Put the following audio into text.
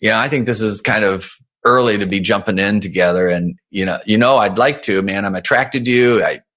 yeah i think this is kind of early to be jumping in together and you know you know i'd like to. man, i'm attracted you, i